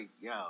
yo